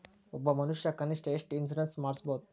ಒಬ್ಬ ಮನಷಾ ಕನಿಷ್ಠ ಎಷ್ಟ್ ಇನ್ಸುರೆನ್ಸ್ ಮಾಡ್ಸ್ಬೊದು?